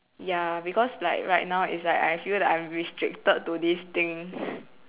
ya because like right now is like I feel like I am restricted to this thing